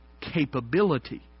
capability